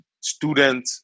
student